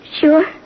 Sure